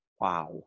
Wow